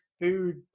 food